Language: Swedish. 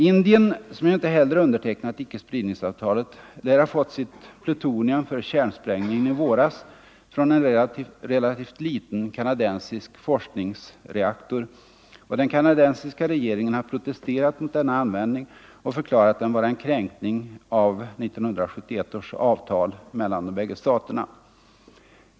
Indien, som ju inte heller undertecknat icke-spridningsavtalet, lär ha fått sitt plutonium för kärnsprängningen i våras från en relativt liten kanadensisk forskningsreaktor, och den kanadensiska regeringen har protesterat mot denna användning och förklarat den vara en kränkning av 1971 års avtal mellan de båda staterna.